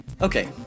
Okay